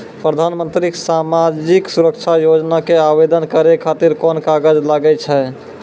प्रधानमंत्री समाजिक सुरक्षा योजना के आवेदन करै खातिर कोन कागज लागै छै?